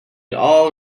all